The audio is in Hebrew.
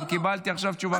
קיבלתי עכשיו תשובה חיובית.